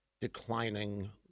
declining